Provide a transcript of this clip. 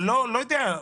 לא יודע,